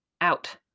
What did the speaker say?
out